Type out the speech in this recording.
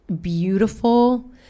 beautiful